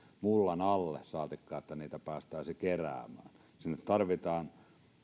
mullan alle saatikka että niitä päästäisiin keräämään sinne tarvitaan